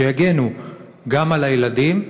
שיגנו על הילדים,